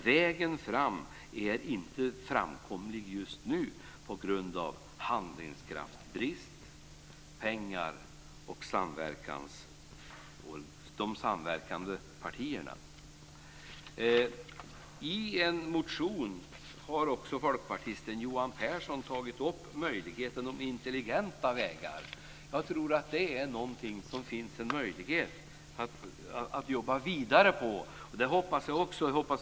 Vägen fram är inte framkomlig just nu på grund av brist på handlingskraft och pengar och på grund av de samverkande partierna. I en motion har folkpartisten Johan Pehrson tagit upp möjligheten med intelligenta vägar. Jag tror att det finns en möjlighet att jobba vidare med det.